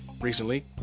recently